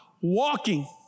walking